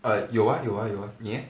err 有 ah 有 ah 你 eh